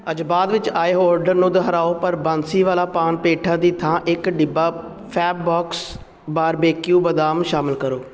ਅੱਜ ਬਾਅਦ ਵਿੱਚ ਆਏ ਹੋਏ ਆਰਡਰ ਨੂੰ ਦੁਹਰਾਓ ਪਰ ਬਾਂਸੀ ਵਾਲਾ ਪਾਨ ਪੇਠਾ ਦੀ ਥਾਂ ਇੱਕ ਡਿੱਬਾ ਫੈਬਬੋਕਸ ਬਾਰਬੇਕਿਊ ਬਦਾਮ ਸ਼ਾਮਲ ਕਰੋ